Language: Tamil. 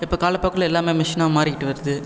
இப்போ காலப்போக்கில் எல்லாமே மிஷினா மாறிக்கிட்டு வருது